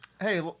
hey